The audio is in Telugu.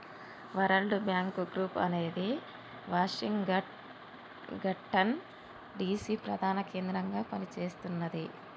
వరల్డ్ బ్యాంక్ గ్రూప్ అనేది వాషింగ్టన్ డిసి ప్రధాన కేంద్రంగా పనిచేస్తున్నది